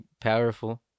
powerful